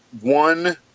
one